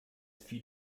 fiel